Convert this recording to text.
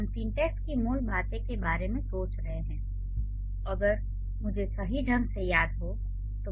हम सिंटैक्स की मूल बातें के बारे में सोच रहे थे अगर मुझे सही ढंग से याद हो तो